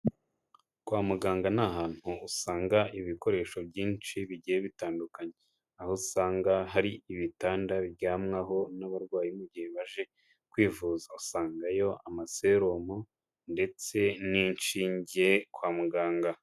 Kwa muganga ni ahantu usanga ibikoresho byinshi bigiye bitandukanye, aho usanga hari ibitanda biryamwaho n'abarwayi mu gihe baje kwivuza, usangayo amaseromo ndetse n'inshinge kwa muganga.